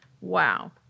Wow